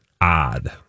odd